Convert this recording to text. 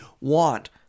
want